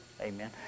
Amen